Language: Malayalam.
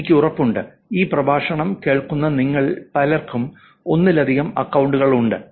എനിക്ക് ഉറപ്പുണ്ട് ഈ പ്രഭാഷണം കേൾക്കുന്ന നിങ്ങളിൽ പലർക്കും ഒന്നിലധികം അക്കൌണ്ടുകൾ ഉണ്ട്